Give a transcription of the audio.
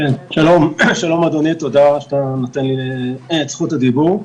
שלום אדוני היושב-ראש ותודה על זכות הדיבור.